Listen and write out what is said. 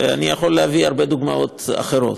ואני יכול להביא הרבה דוגמאות אחרות.